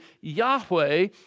Yahweh